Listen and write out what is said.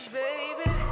baby